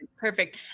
Perfect